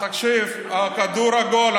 תקשיב, הכדור עגול.